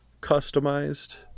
customized